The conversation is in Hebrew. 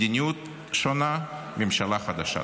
מדיניות שונה, ממשלה חדשה.